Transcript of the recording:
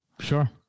Sure